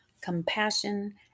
compassion